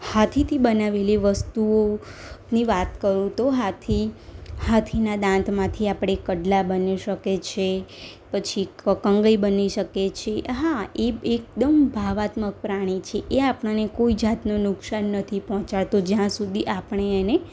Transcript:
હાથીથી બનાવેલી વસ્તુઓ ની વાત કરું તો હાથી હાથીના દાંતમાંથી આપણે કડલા બની શકે છે પછી કંગી બની શકે છે હા એ એકદમ ભાવાત્મક પ્રાણી છે એ આપણાને કોઈ જાતનું નુકસાન નથી પહોંચાડતો જ્યાં સુધી આપણે એને